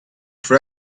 for